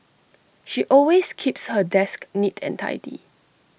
she always keeps her desk neat and tidy